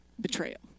betrayal